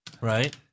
right